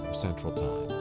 central time.